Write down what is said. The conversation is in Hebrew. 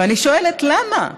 ואני שואלת: למה?